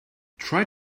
try